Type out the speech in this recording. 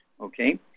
okay